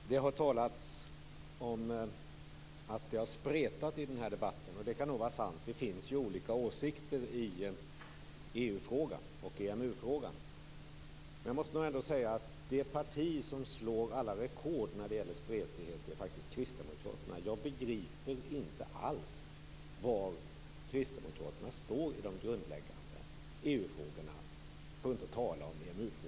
Fru talman! Det har talats om att det har spretat i den här debatten, och det kan nog vara sant. Det finns ju olika åsikter i EU-frågan och i EMU-frågan. Men jag måste nog ändå säga att det parti som slår alla rekord när det gäller spretighet faktiskt är Kristdemokraterna. Jag begriper inte alls var Kristdemokraterna står i de grundläggande EU-frågorna, för att inte tala om EMU-frågan.